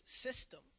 system